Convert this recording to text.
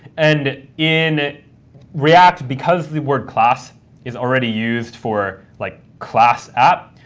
and in react, because the word class is already used for like class app,